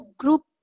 group